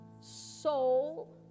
soul